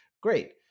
Great